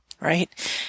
right